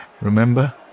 Remember